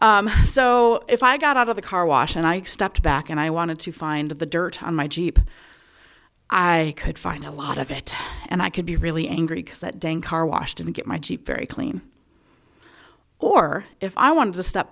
wash so if i got out of the car wash and i stepped back and i wanted to find the dirt on my jeep i could find a lot of it and i could be really angry because that dang car wash didn't get my jeep very clean or if i want to step